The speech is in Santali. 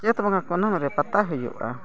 ᱪᱟᱛ ᱵᱚᱸᱜᱟ ᱠᱩᱱᱟᱹᱢᱤ ᱨᱮ ᱯᱟᱛᱟ ᱦᱩᱭᱩᱜᱼᱟ